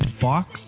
Fox